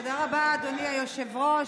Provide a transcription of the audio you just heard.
תודה רבה, אדוני היושב-ראש.